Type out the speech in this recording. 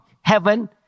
heaven